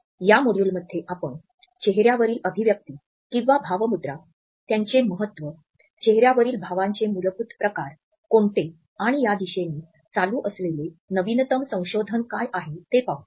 या मॉड्यूलमध्ये आपण चेहऱ्यावरील अभिव्यक्ति किंवा भावमुद्रा त्यांचे महत्त्व चेहऱ्यावरील भावांचे मूलभूत प्रकार कोणते आणि या दिशेने चालू असलेले नवीनतम संशोधन काय आहे ते पाहू